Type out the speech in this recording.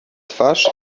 twarz